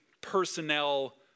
personnel